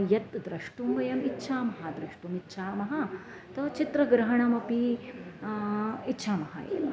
यत् द्रष्टुं वयम् इच्छामः द्रष्टुम् इच्छामः तु चित्रग्रहणमपि इच्छामः एव